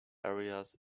areas